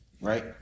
right